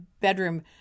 bedroom